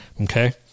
Okay